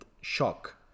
shock